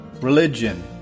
religion